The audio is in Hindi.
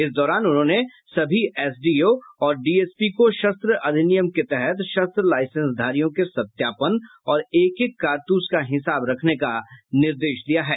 इस दौरान उन्होंने सभी एसडीओ और डीएसपी को शस्त्र अधिनियम के तहत शस्त्र लाइसेंस धारियों के सत्यापन और एक एक कारतूस का हिसाब रखने का निर्देश दिया है